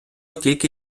тільки